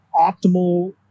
optimal